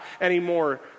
anymore